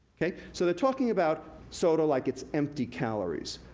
so they're talking about soda like it's empty calories.